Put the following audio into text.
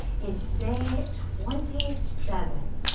it's day twenty seven.